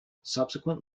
subsequent